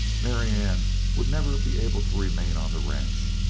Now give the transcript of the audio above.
marianne would never be able to remain on the ranch.